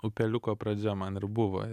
upeliuko pradžia man ir buvo